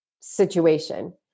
situation